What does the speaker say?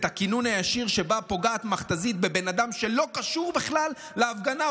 את הכינון הישיר שבו פוגעת מכת"זית בבן אדם שלא קשור בכלל להפגנה.